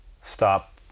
stop